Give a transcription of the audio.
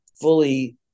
fully